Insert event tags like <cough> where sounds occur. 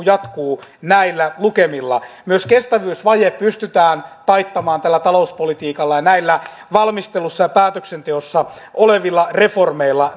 <unintelligible> jatkuu näillä lukemilla myös kestävyysvaje pystytään taittamaan tällä talouspolitiikalla ja näillä valmistelussa ja päätöksenteossa olevilla reformeilla <unintelligible>